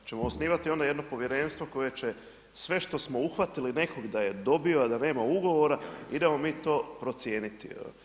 Hoćemo osnivati ono jedno povjerenstvo koje će sve što smo uhvatili nekog da je dobio, a da nema ugovora, idemo mi to procijeniti.